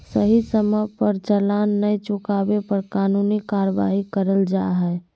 सही समय पर चालान नय चुकावे पर कानूनी कार्यवाही करल जा हय